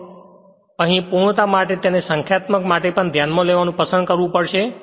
પરંતુ અહીં પૂર્ણતા માટે તેને સંખ્યાત્મક માટે પણ ધ્યાનમાં લેવાનું પસંદ કરવું પડશે